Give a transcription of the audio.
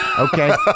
Okay